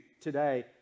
today